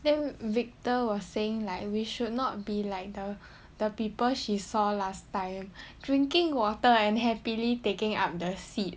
then victor was saying like we should not be like the the people she saw last time drinking water and happily taking up the seat